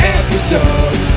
episode